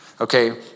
Okay